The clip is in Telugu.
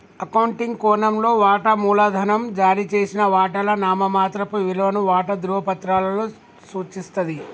అకౌంటింగ్ కోణంలో, వాటా మూలధనం జారీ చేసిన వాటాల నామమాత్రపు విలువను వాటా ధృవపత్రాలలో సూచిస్తది